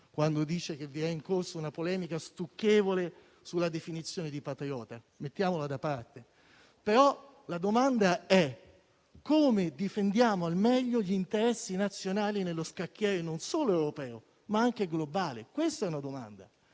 quando dice che è in corso una polemica stucchevole sulla definizione di patriota. Mettiamola da parte. La domanda però è la seguente: come difendiamo al meglio gli interessi nazionali nello scacchiere non solo europeo, ma anche globale? Questa è una domanda.